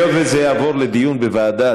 היות שזה יעבור לדיון בוועדה,